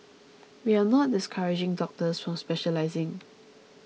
we are not discouraging doctors from specialising